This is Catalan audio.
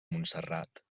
montserrat